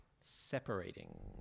Separating